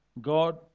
God